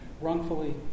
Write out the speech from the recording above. wrongfully